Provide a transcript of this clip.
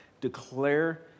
declare